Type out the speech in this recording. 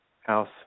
house